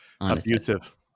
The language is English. abusive